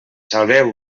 salveu